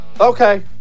okay